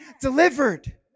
delivered